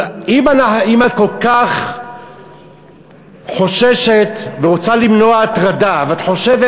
אם את כל כך חוששת ורוצה למנוע הטרדה ואת חושבת